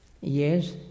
Yes